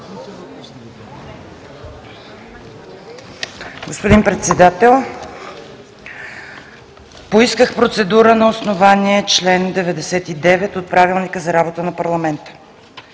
Господин Председател, поисках процедура на основание чл. 99 от Правилника за работа на парламента,